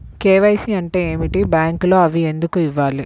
KYC అంటే ఏమిటి? బ్యాంకులో అవి ఎందుకు ఇవ్వాలి?